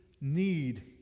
need